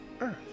earth